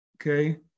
okay